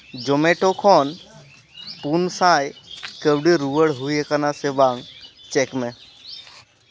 ᱡᱚᱢᱮᱴᱳ ᱠᱷᱚᱱ ᱯᱩᱱ ᱥᱟᱭ ᱠᱟᱹᱣᱰᱤ ᱨᱩᱣᱟᱹᱲ ᱦᱩᱭ ᱟᱠᱟᱱᱟ ᱥᱮ ᱵᱟᱝ ᱪᱮᱠ ᱢᱮ